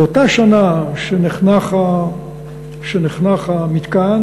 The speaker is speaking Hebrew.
באותה שנה שנחנך המתקן,